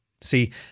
See